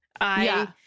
I-